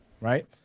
right